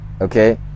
Okay